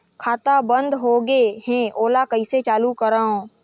खाता बन्द होगे है ओला कइसे चालू करवाओ?